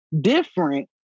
different